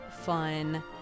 fun